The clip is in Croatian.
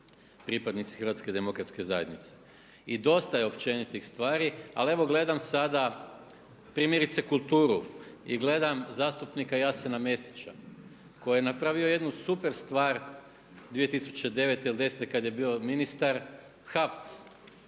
pripadnici HDZ-a. I dosta je općenitih stvari ali evo gledam sada primjerice kulturu i gledam zastupnika Jasena Mesića koji je napravio jednu super stvar 2009. ili '10. kada je bio ministar HAVC,